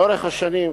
לאורך השנים,